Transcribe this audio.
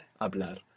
Hablar